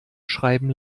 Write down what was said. schreiben